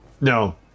No